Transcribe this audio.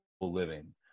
living